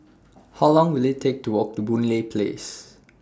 How Long Will IT Take to Walk to Boon Lay Place